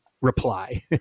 reply